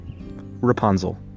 Rapunzel